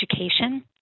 education